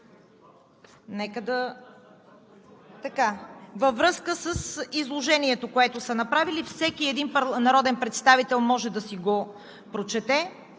Във връзка с изложението, което са направили, всеки един народен представител може да си го прочете.